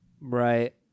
Right